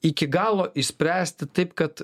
iki galo išspręsti taip kad